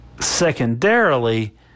Secondarily